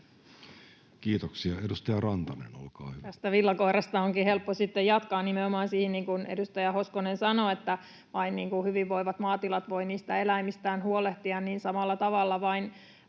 Time: 15:48 Content: Tästä villakoirasta onkin helppo sitten jatkaa nimenomaan siihen, kun edustaja Hoskonen sanoi, että vain hyvinvoivat maatilat voivat niistä eläimistään huolehtia, että samalla tavalla